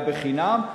היה חינם,